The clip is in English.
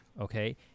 Okay